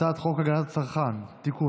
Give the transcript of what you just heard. הצעת חוק הגנת הצרכן (תיקון,